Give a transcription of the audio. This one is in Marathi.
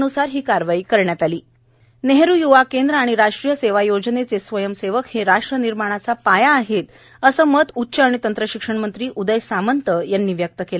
नेहरू य्वा नेहरू य्वा केंद्र आणि राष्ट्रीय सेवा योजनेचे स्वयंसेवक हे राष्ट्र निर्माणाचा पाया आहेत असं मत उच्च आणि तंत्रशिक्षण मंत्री उदय सामंत यांनी व्यक्त केलं